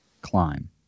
climb